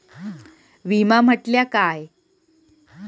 विमा म्हटल्या काय?